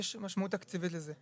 יש משמעות תקציבית לזה.